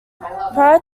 prior